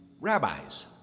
rabbis